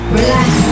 relax